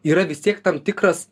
yra vis tiek tam tikras